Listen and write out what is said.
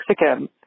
Mexican